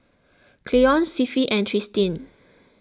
Cleon Cliffie and Tristin